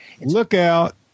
Lookout